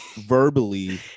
verbally